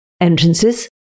entrances